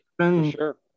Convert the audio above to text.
Sure